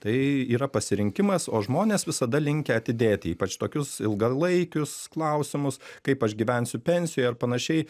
tai yra pasirinkimas o žmonės visada linkę atidėti ypač tokius ilgalaikius klausimus kaip aš gyvensiu pensijoj ar panašiai